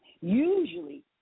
Usually